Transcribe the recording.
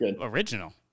original